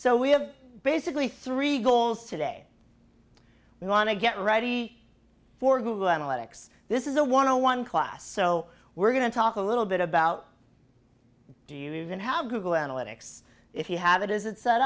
so we have basically three goals today we want to get ready for google analytics this is a one on one class so we're going to talk a little bit about do you even have google analytics if you have it is it set